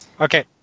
Okay